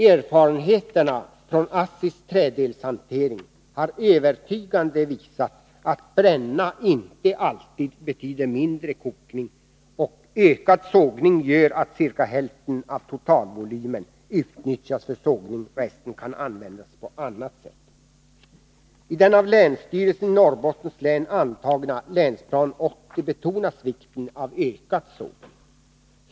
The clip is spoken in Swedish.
Erfarenheterna från ASSI:s träddelshantering har på ett övertygande sätt visat att det inte alltid betyder mindre kokning om man bränner, och ökad sågning gör att ca hälften av totalvolymen utnyttjas för sågning, resten kan användas på annat sätt. I den av länsstyrelsen i Norrbottens län antagna Länsplan 80 betonas vikten av ökad sågning.